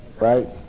right